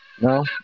no